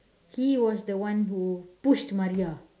he was the one who pushed Maria